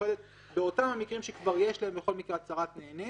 מיוחדת באותם המקרים כשכבר יש להם בכל מקרה הצהרת נהנה